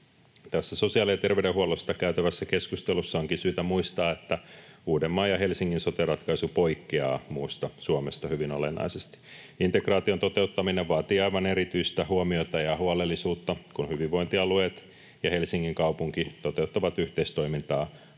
sosiaali- ja terveydenhuollosta käytävässä keskustelussa onkin syytä muistaa, että Uudenmaan ja Helsingin sote-ratkaisu poikkeaa muusta Suomesta hyvin olennaisesti. Integraation toteuttaminen vaatii aivan erityistä huomiota ja huolellisuutta, kun hyvinvointialueet ja Helsingin kaupunki toteuttavat yhteistoimintaa